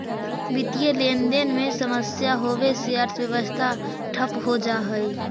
वित्तीय लेनदेन में समस्या होवे से अर्थव्यवस्था ठप हो जा हई